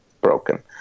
broken